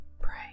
Pray